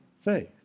faith